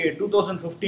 2015